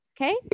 okay